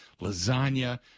lasagna